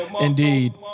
Indeed